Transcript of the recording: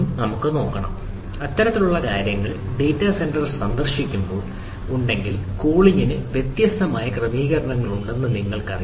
ഏതെങ്കിലും തരത്തിലുള്ള data centre സന്ദർശിക്കുന്നവർ ഉണ്ടെങ്കിൽ കൂളിംഗിന് വ്യത്യസ്തമായ ക്രമീകരണങ്ങളുണ്ടെന്ന് നിങ്ങൾക്കറിയാം